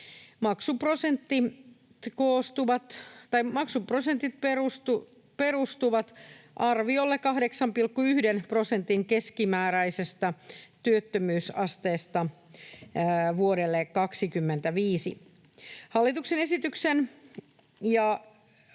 Maksuprosentit perustuvat arviolle 8,1 prosentin keskimääräisestä työttömyysasteesta vuodelle 25. Hallituksen esityksen ja